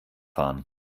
fahren